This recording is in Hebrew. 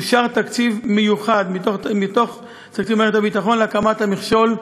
אושר תקציב מיוחד מתוך תקציב מערכת הביטחון להקמת המכשול הנ"ל.